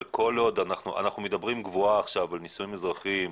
אנחנו מדברים גבוהה על נישואים אזרחיים,